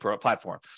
platform